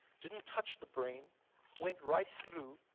didn't touch the brain went right through,